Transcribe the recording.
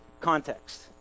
context